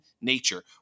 nature